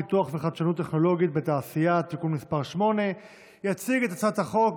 פיתוח וחדשנות טכנולוגית בתעשייה (תיקון מס' 8). יציג את הצעת החוק,